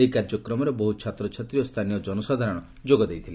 ଏହି କାର୍ଯ୍ୟକ୍ରମରେ ବହୁ ଛାତ୍ରଛାତ୍ରୀ ଓ ସ୍ଛାନୀୟ ଜନସାଧାରଣ ଯୋଗ ଦେଇଥିଲେ